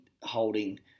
holding